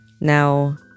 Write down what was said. Now